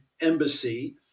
embassy